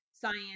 science